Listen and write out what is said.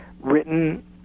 written